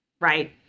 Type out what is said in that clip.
Right